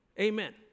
Amen